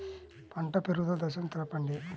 పంట పెరుగుదల దశలను తెలపండి?